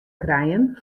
krijen